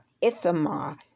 Ithamar